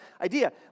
idea